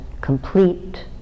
complete